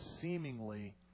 seemingly